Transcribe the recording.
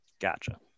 Gotcha